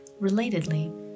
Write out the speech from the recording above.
relatedly